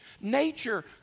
Nature